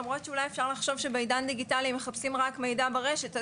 למרות שאולי אפשר לחשוב שבעידן דיגיטלי הם מחפשים רק מידע ברשת.